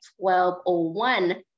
1201